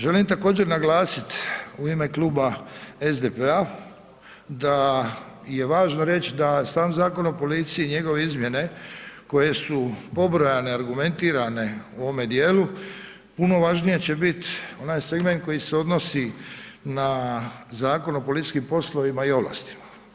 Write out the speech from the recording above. Želim također naglasiti u ime Kluba SDP-a da je važno reći da sam Zakon o policiji i njegove izmjene koje su pobrojane, argumentirane u ovome dijelu, puno važniji će biti onaj segment koji se odnosi na Zakon o policijskim poslovima i ovlastima.